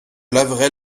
laverai